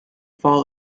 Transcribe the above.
fall